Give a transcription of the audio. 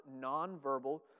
nonverbal